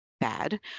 bad